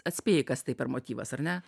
atspėjai kas tai per motyvas ar ne